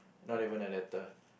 not even a letter